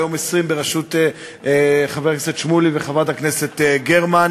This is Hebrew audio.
והיום בכנסת העשרים בראשות חבר הכנסת שמולי וחברת הכנסת גרמן.